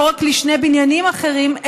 לא רק לשני בניינים אחרים,